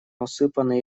усыпанный